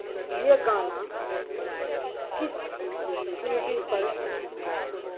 یہ گانا کس سی ڈی پر ہے